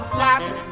Flats